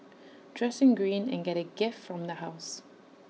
dress in green and get A gift from the house